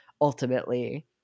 ultimately